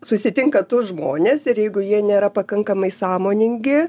susitinka tuos žmones ir jeigu jie nėra pakankamai sąmoningi